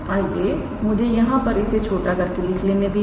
आइए मुझे यहां पर इसे छोटा करके लिख लेने दीजिए